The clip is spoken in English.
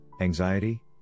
anxiety